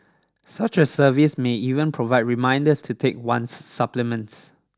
such a service may even provide reminders to take one's supplements